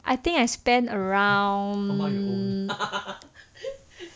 I think I spent around